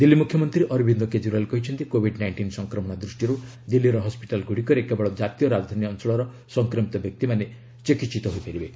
ଦିଲ୍ଲୀ ମୁଖ୍ୟମନ୍ତ୍ରୀ ଅରବିନ୍ଦ କେଜରିଓ୍ବାଲ କହିଛନ୍ତି Covid nineteen ସଂକ୍ରମଣ ଦୃଷ୍ଟିରୁ ଦିଲ୍ଲୀର ହସ୍କିଟାଲଗୁଡ଼ିକରେ କେବଳ ଜାତୀୟ ରାଜଧାନୀ ଅଂଚଳର ସଂକ୍ରମିତ ବ୍ୟକ୍ତିମାନେ ଚିକିିିିତ ହୋଇପାରିବେ